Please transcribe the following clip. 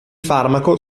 farmaco